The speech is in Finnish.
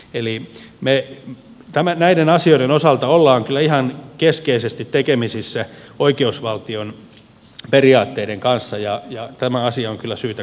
eli me näiden asioiden osalta olemme kyllä ihan keskeisesti tekemisissä oikeusvaltion periaatteiden kanssa ja tämä asia on kyllä syytä katsoa loppuun